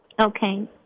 Okay